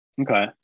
Okay